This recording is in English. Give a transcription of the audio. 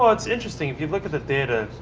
ah it's interesting, if you look at the data,